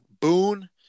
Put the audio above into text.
Boone